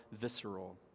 visceral